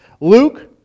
Luke